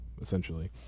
essentially